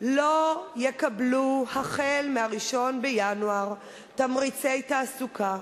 לא יקבלו החל מ-1 בינואר תמריצי תעסוקה.